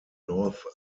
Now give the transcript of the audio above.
north